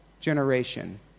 generation